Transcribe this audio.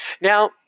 now